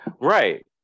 Right